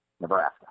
Nebraska